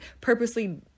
purposely